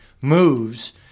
moves